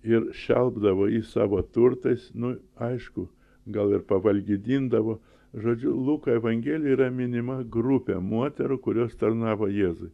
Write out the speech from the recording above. ir šelpdavo jį savo turtais nu aišku gal ir pavalgdindavo žodžiu luko evangelijoj yra minima grupė moterų kurios tarnavo jėzui